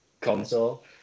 console